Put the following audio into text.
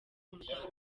rwanda